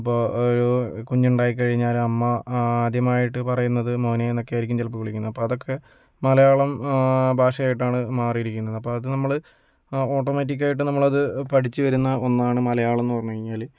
അപ്പോൾ ഒരു കുഞ്ഞുണ്ടായിക്കഴിഞ്ഞാലമ്മ ആദ്യമായിട്ട് പറയുന്നത് മോനേയെന്നൊക്കെ ആയിരിക്കും ചിലപ്പം വിളിക്കുന്നത് അപ്പം അതൊക്കെ മലയാളം ഭാഷ ആയിട്ടാണ് മാറിയിരിക്കുന്നത് അപ്പം അത് നമ്മൾ ഓട്ടോമാറ്റിക്കായിട്ട് നമ്മളത് പഠിച്ചു വരുന്ന ഒന്നാണ് മലയാളമെന്നു പറഞ്ഞു കഴിഞ്ഞാൽ